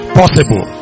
possible